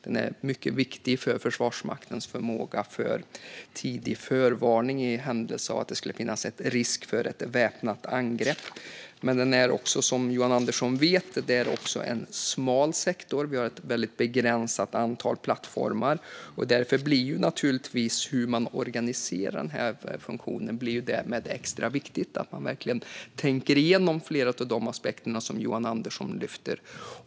Den är mycket viktig för Försvarsmaktens förmåga till tidig förvarning i händelse av risk för väpnat angrepp. Men detta är också, som Johan Andersson vet, en smal sektor. Vi har ett väldigt begränsat antal plattformar. Därmed blir det naturligtvis extra viktigt hur man organiserar funktionen och att man då verkligen tänker igenom flera av de aspekter som Johan Andersson lyfter.